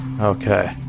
Okay